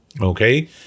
Okay